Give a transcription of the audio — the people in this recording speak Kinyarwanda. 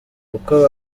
uko